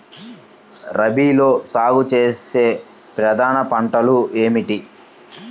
రబీలో సాగు చేసే ప్రధాన పంటలు ఏమిటి?